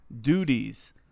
duties